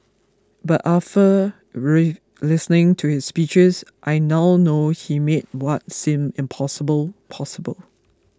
but listening to his speeches I now know he made what seemed impossible possible